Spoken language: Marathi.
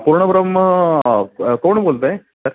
पूर्ण ब्रह्म कोण बोलतं आहे